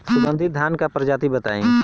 सुगन्धित धान क प्रजाति बताई?